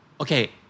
okay